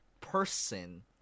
person